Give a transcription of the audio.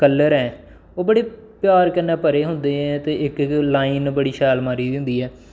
colour ऐ ओह् बड़े प्यार कन्नै भरे होंदे ऐ ते इक इक लाइन बड़ी शैल मारी दी होंदी ऐ